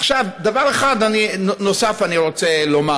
עכשיו, דבר אחד נוסף אני רוצה לומר: